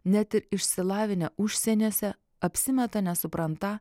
net išsilavinę užsieniuose apsimeta nesuprantą